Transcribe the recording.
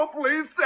please